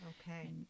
Okay